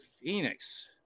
Phoenix